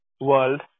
world